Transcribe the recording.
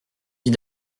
dit